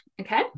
okay